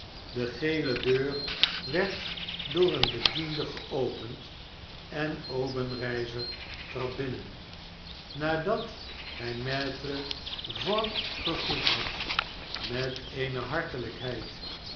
de gele deur werd door een bediende geopend en obenreizer trad binnen nadat hy maitre yoigt gegroet had met eene